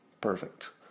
Perfect